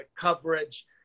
coverage